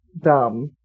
Dumb